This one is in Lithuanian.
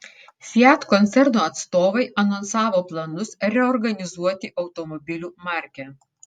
fiat koncerno atstovai anonsavo planus reorganizuoti automobilių markę